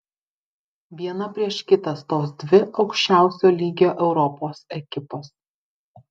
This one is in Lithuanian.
viena prieš kitą stos dvi aukščiausio lygio europos ekipos